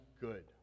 good